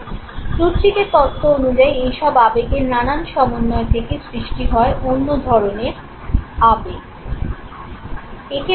প্লুটচিকের তত্ত্ব অনুযায়ী এই সব আবেগের নানান সমন্বয় থেকে সৃষ্টি হয় অন্য ধরণের আবেগ